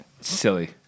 Silly